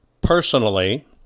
Personally